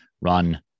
run